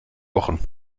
wochen